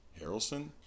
Harrelson